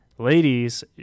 Ladies